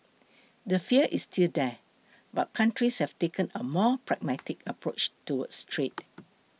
the fear is still there but countries have taken a more pragmatic approach towards trade